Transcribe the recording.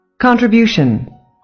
contribution